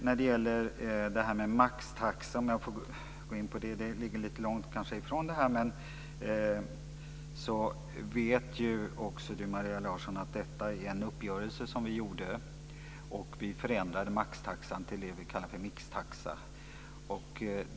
När det gäller frågan om maxtaxa, som kanske ligger lite långt ifrån det här ämnet, vet ju också Maria Larsson att vi träffade en uppgörelse om denna. Vi förändrade maxtaxan till det som vi kallar för mixtaxa.